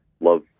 love